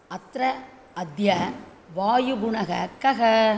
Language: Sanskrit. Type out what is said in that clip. अत्र अद्य वायुगुणः कः